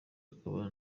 akaba